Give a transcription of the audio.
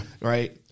Right